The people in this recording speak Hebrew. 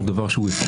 זה דבר אפשרי,